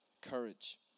courage